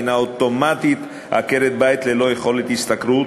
אוטומטית עקרת-בית ללא יכולת השתכרות,